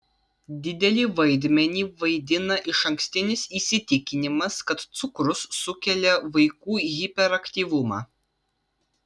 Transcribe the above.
didelį vaidmenį vaidina išankstinis įsitikinimas kad cukrus sukelia vaikų hiperaktyvumą